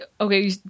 okay